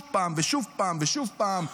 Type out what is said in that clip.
עוד פעם ועוד פעם ועוד פעם.